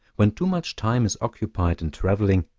when too much time is occupied in traveling,